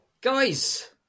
Guys